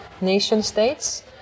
nation-states